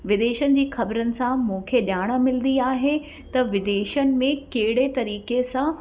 विदेशनि जी ख़बरूनि सां मूंखे ॼाण मिलंदी आहे त विदेशनि में कहिड़े तरीक़े सां